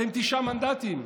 אתם תשעה מנדטים,